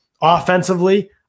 offensively